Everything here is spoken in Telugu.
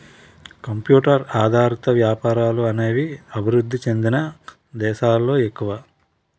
కంప్యూటర్ ఆధారిత వ్యాపారాలు అనేవి అభివృద్ధి చెందిన దేశాలలో ఎక్కువ